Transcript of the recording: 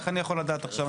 איך אני יכול לדעת עכשיו?